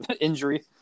injury